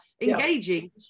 engaging